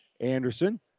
Anderson